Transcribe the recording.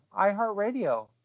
iHeartRadio